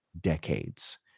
decades